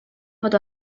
fod